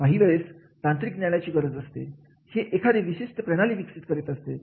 काही वेळेस तांत्रिक ज्ञानाची गरज असते हे एखादी विशिष्ट प्रणाली विकसित करीत असते